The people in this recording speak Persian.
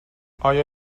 آیا